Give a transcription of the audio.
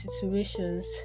situations